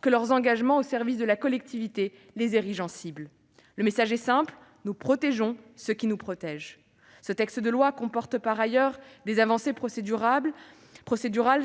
que leur engagement au service de la collectivité les érige en cible. Le message est simple : nous protégeons ceux qui nous protègent. Ce projet de loi comporte par ailleurs des avancées procédurales